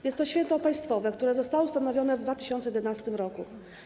Jest to święto państwowe, które zostało ustanowione w 2011 r.